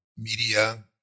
media